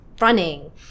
running